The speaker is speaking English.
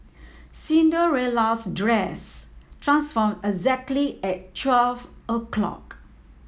Cinderella's dress transformed exactly at twelve o'clock